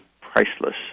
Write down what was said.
priceless